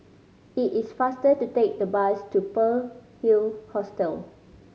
it is faster to take the bus to Pearl Hill Hostel